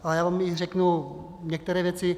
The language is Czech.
Ale já vám i řeknu některé věci.